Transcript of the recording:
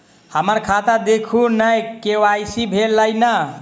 हम्मर खाता देखू नै के.वाई.सी भेल अई नै?